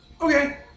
Okay